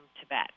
Tibet